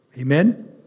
Amen